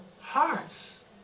hearts